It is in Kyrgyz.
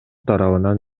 тарабынан